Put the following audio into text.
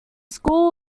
school